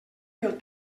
pel